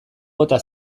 bota